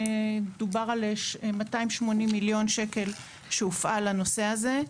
דובר על 280,000,000 שקל שהופעל לנושא הזה.